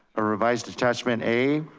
a revised attachment a,